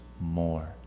more